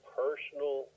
personal